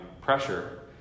pressure